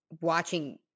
watching